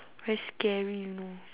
very scary you know